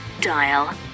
Dial